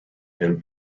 and